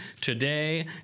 today